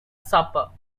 supper